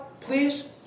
please